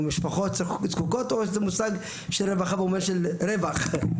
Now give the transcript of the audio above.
משפחות נזקקות או שזה מושג במובן של רווח?